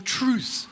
truth